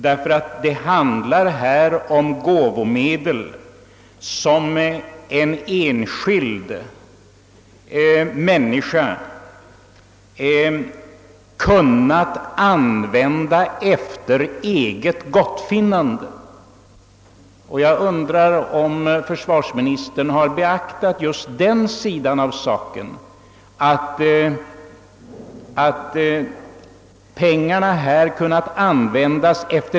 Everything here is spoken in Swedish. Det är här fråga om gåvomedel som en enskild person kunnat använda efter eget gottfinnande. Jag undrar om försvarsministern har beaktat just den sidan av saken.